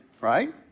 right